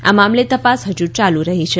આ મામલે તપાસ હજુ ચાલી રહી છે